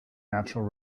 nature